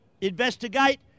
investigate